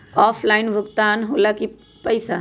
Offline भुगतान हो ला कि पईसा?